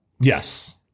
Yes